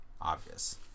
obvious